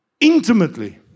Intimately